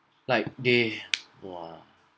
like they !wah!